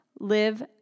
live